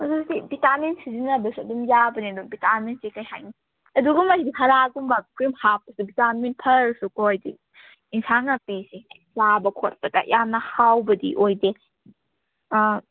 ꯑꯗꯨꯗꯤ ꯚꯤꯇꯥꯃꯤꯟ ꯁꯤꯖꯤꯟꯅꯕꯁꯨ ꯑꯗꯨꯝ ꯌꯥꯕꯅꯤ ꯑꯗꯨ ꯚꯤꯇꯥꯃꯤꯟꯁꯤ ꯀꯩ ꯍꯥꯏꯅꯤ ꯑꯗꯨꯒꯨꯝꯕꯒꯤꯗꯤ ꯍꯔꯥꯒꯨꯝꯕ ꯀꯩꯝ ꯍꯥꯞꯇꯕꯤ ꯚꯤꯇꯥꯃꯤꯟ ꯐꯔꯁꯨꯀꯣ ꯍꯥꯏꯗꯤ ꯏꯟꯁꯥꯡ ꯅꯥꯄꯤꯁꯦ ꯆꯥꯕ ꯈꯣꯠꯄꯗ ꯌꯥꯝꯅ ꯍꯥꯎꯕꯗꯤ ꯑꯣꯏꯗꯦ ꯑꯥ